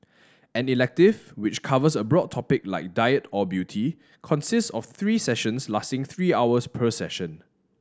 an elective which covers a broad topic like diet or beauty consists of three sessions lasting three hours per session